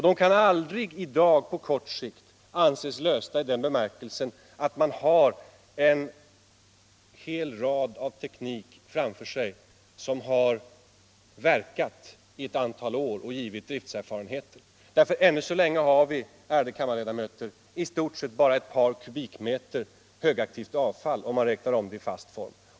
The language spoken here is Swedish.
De kan aldrig i dag på kort sikt anses lösta i den bemärkelsen att man har en hel mängd teknik framför sig som har verkat i ett antal år och givit driftserfarenheter. Ännu så länge har vi, ärade kammarledamöter, i stort sett bara ett par kubikmeter högaktivt avfall om man räknar om det i fast form.